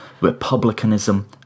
republicanism